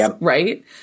Right